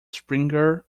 springer